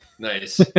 Nice